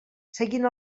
seguint